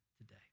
today